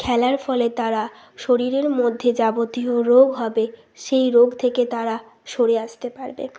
খেলার ফলে তারা শরীরের মধ্যে যাবতীয় রোগ হবে সেই রোগ থেকে তারা সরে আসতে পারবে